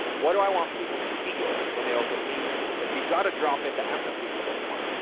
what do i want people to feel when they open an email? like you got to drop into empathy for this one.